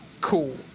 cool